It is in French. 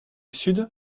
sud